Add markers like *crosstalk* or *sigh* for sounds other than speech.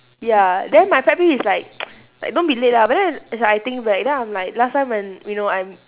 ya then my family is like *noise* like don't be late ah but then as I think back then I'm like last time when you know I'm